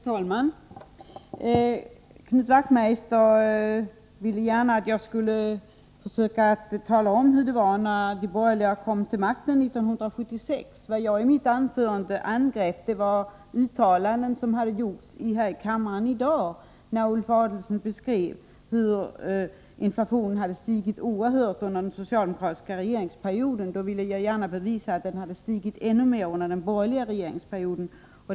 Herr talman! Knut Wachtmeister vill att jag skall tala om hur det var när de borgerliga kom till makten 1976. Vad jag angrep i mitt anförande var uttalanden som gjorts här i kammaren i dag. När Ulf Adelsohn beskrev hur inflationen hade stigit oerhört under den socialdemokratiska regeringsperioden, ville jag gärna visa att den steg ännu mer när de borgerliga regerade.